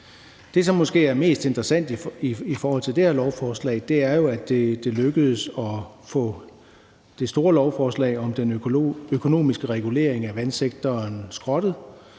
Det, som måske er mest interessant i forhold til det her lovforslag, er jo, at det lykkedes at få det store lovforslag om den økonomiske regulering af vandsektoren skrottet,